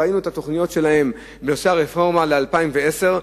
ראינו את התוכניות בנושא הרפורמה ל-2010,